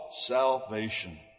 salvation